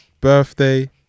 birthday